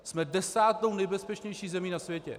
Jsme desátou nejbezpečnější zemí na světě.